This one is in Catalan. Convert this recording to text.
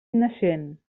naixent